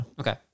Okay